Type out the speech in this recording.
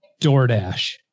DoorDash